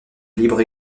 libre